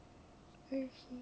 okay